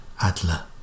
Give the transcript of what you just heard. Adler